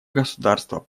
государства